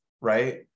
right